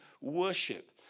worship